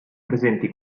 presenti